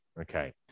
Okay